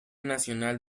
nacional